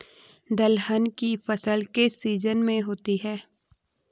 दलहन की फसल किस सीजन में होती है?